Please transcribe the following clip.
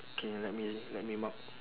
K let me let me mark